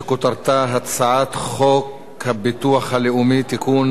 שכותרתה הצעת חוק הביטוח הלאומי (תיקון,